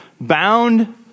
bound